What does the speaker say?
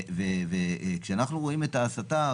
וכשאנחנו רואים את ההסתה,